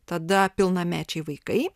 tada pilnamečiai vaikai